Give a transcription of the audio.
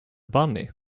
bunny